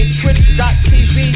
twitch.tv